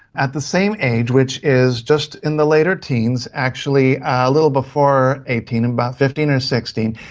at the same age, which is just in the later teens, actually a little before eighteen, about fifteen or sixteen.